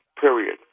period